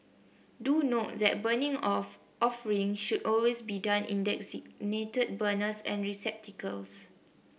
do note that burning of offerings should always be done in designated burners and receptacles